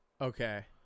Okay